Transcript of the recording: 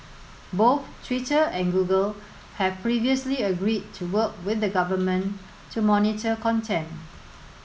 both Twitter and Google have previously agreed to work with the government to monitor content